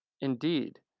Indeed